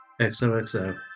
XOXO